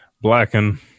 Blacken